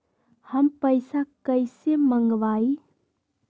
हम पैसा कईसे मंगवाई?